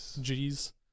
G's